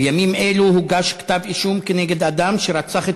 בימים אלו הוגש כתב אישום כנגד אדם שרצח את